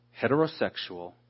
heterosexual